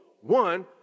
one